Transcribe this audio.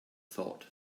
thought